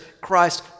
Christ